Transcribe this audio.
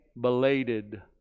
belated